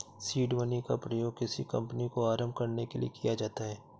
seed money का प्रयोग किसी कंपनी को आरंभ करने के लिए किया जाता है